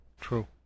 True